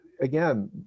again